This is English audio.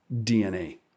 DNA